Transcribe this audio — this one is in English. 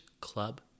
club